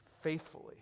faithfully